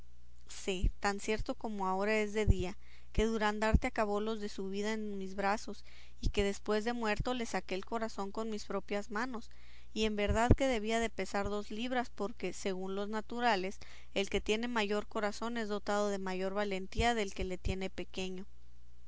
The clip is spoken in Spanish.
sé tan cierto como ahora es de día que durandarte acabó los de su vida en mis brazos y que después de muerto le saqué el corazón con mis propias manos y en verdad que debía de pesar dos libras porque según los naturales el que tiene mayor corazón es dotado de mayor valentía del que le tiene pequeño